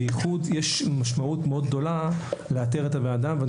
בייחוד יש משמעות מאוד גדולה לאתר את הבן אדם ואני